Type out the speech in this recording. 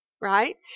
right